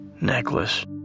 necklace